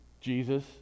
Jesus